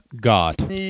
Got